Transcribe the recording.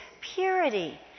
purity